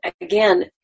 again